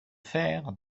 faire